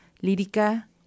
lírica